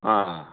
अँ